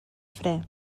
fre